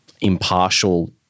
impartial